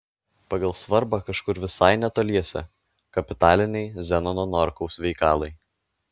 pagal svarbą kažkur visai netoliese kapitaliniai zenono norkaus veikalai